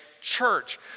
church